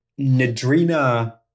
Nadrina